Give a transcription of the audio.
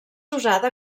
usada